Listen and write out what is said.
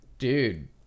Dude